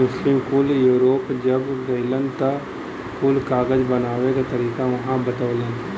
मुस्लिम कुल यूरोप जब गइलन त उ कुल कागज बनावे क तरीका उहाँ बतवलन